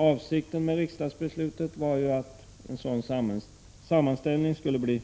Avsikten med riksdagsbeslutet var ju att en sådan sammanställning skulle